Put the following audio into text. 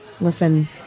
listen